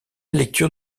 lecture